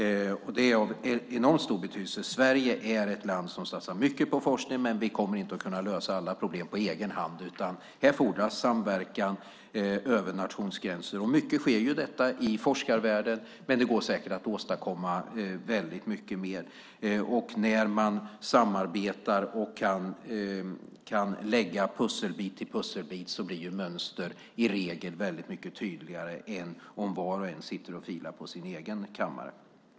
Det är av enormt stor betydelse. Sverige är ett land som satsar mycket på forskning, men vi kommer inte att kunna lösa alla problem på egen hand. Här fordras samverkan över nationsgränser. Mycket av detta sker i forskarvärlden, men det går säkert att åstadkomma mycket mer. När man kan samarbeta och lägga pusselbit till pusselbit blir mönstren i regel mycket tydligare än om var och en sitter och filar på sin egen kammare.